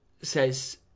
says